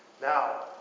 Now